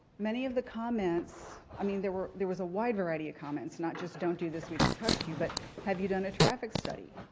many of the comments i mean there were there was a wide variety of comments, not just don't do this, we don't trust you, but have you done a traffic study?